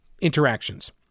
interactions